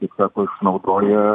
kaip sako išnaudoja